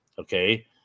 okay